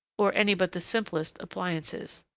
or any but the simplest, appliances.